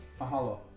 Mahalo